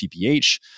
TPH